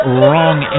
wrong